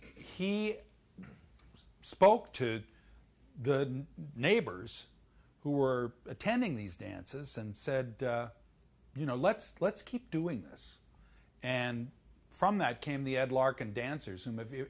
he spoke to the neighbors who were attending these dances and said you know let's let's keep doing this and from that came the ad lark and dancers and